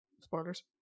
Spoilers